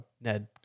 ned